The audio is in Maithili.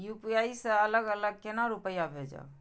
यू.पी.आई से अलग अलग केना रुपया भेजब